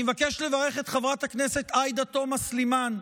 אני מבקש לברך את חברת הכנסת עאידה תומא סלימאן,